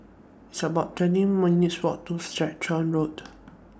It's about twenty minutes' Walk to Stratton Road